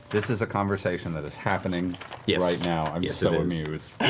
this is a conversation that is happening yeah right now. i'm yeah so amused.